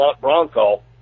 Bronco